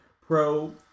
pro